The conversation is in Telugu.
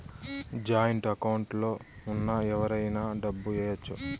జాయింట్ అకౌంట్ లో ఉన్న ఎవరైనా డబ్బు ఏయచ్చు